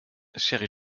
cherry